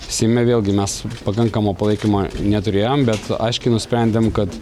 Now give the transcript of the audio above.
seime vėlgi mes pakankamo palaikymo neturėjom bet aiškiai nusprendėm kad